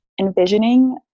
envisioning